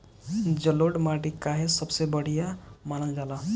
जलोड़ माटी काहे सबसे बढ़िया मानल जाला?